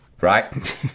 right